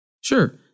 Sure